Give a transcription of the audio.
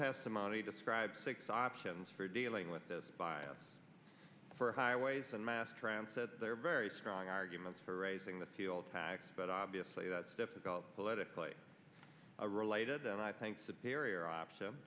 testimony describes six options for dealing with the bias for highways and mass transit there are very strong arguments for raising the fuel tax but obviously that's difficult politically or related and i think that peary or option